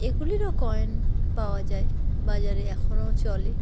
এগুলিরও coin পাওয়া যায় বাজারে এখনও চলে